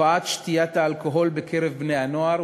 תופעת שתיית אלכוהול בקרב בני-הנוער,